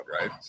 right